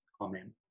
Amen